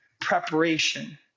preparation